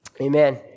amen